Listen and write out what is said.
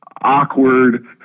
awkward